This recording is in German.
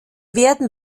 werden